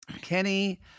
Kenny